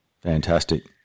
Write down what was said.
Fantastic